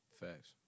Facts